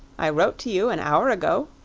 i wrote to you an hour ago,